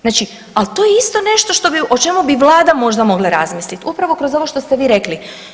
Znači, ali to je isto nešto što bi, o čemu bi Vlada možda mogla razmisliti upravo kroz ovo što ste vi rekli.